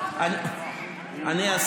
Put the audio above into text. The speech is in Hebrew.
לא